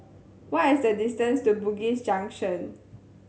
what is the distance to Bugis Junction